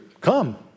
Come